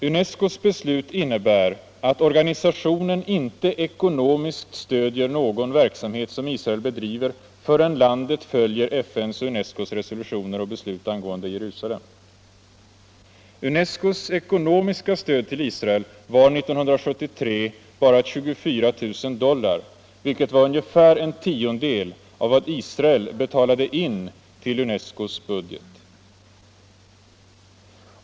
UNESCO:s beslut innebär att organisationen inte ekonomiskt stödjer någon verksamhet som Israel bedriver förrän landet följer FN:s och UNESCO:s resolutioner och beslut angående Jerusalem. UNESCO:s ekonomiska stöd till Israel var 1973 bara 24 000 dollar, vilket dock utgjorde ungefär en tiondel av vad Israel betalade in till UNESCO:s budget.